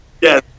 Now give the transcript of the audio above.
Yes